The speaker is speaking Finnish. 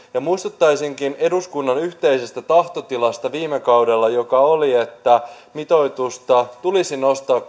muistuttaisinkin eduskunnan yhteisestä tahtotilasta viime kaudella joka oli että mitoitusta tulisi nostaa